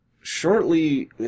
Shortly